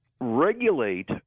regulate